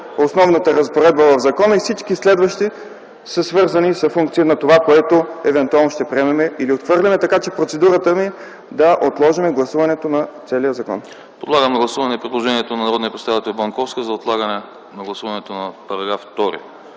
основната разпоредба в закона и всички следващи са свързани и функции на това, което евентуално ще приемем или отхвърлим. Така че процедурата ми е да отложим гласуването на целия закон.